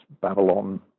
Babylon